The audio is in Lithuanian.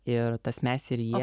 ir tas mes ir jie